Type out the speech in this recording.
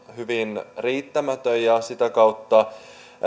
hyvin riittämätön ja sitä kautta